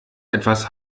etwas